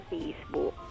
Facebook